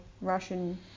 russian